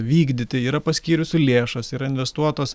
vykdyti yra paskyrusi lėšas yra investuotos